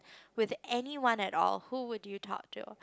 with anyone at all who would you talk to